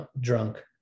drunk